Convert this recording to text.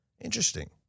Interesting